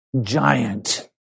giant